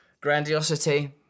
Grandiosity